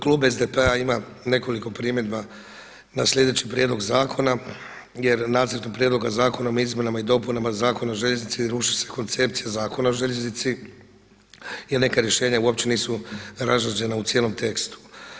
Klub SDP-a ima nekoliko primjedba na sljedeći prijedloga zakona, jer Nacrtom prijedloga zakona o izmjenama i dopunama Zakona o željeznici ruši se koncepcija Zakona o željeznici jer neka rješenja uopće nisu razrađena u cijelom tekstu.